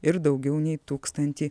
ir daugiau nei tūkstantį